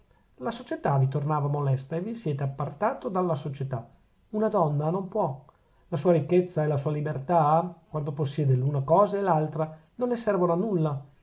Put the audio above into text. la società vi tornava molesta e vi siete appartato dalla società una donna non può la sua ricchezza e la sua libertà quando possiede l'una cosa e l'altra non le servono a nulla